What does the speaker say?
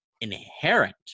inherent